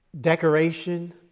decoration